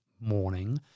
morning